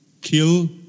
kill